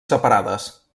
separades